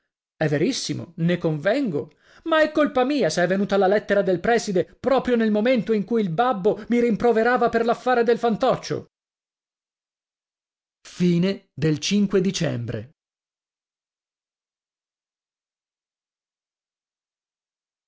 è verissimo ne convengo ma è colpa mia se è venuta la lettera del prèside proprio nel momento in cui il babbo mi rimproverava per l'affare del fantoccio dicembre